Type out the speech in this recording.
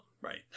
Right